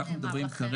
מה נאמר לכם?